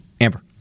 Amber